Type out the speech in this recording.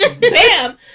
Bam